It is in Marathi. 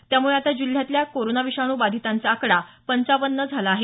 त्यामुळे आता जिल्ह्यात कोरोना विषाणू बाधितांचा आकडा पंच्वावन्न झाला आहे